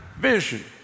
vision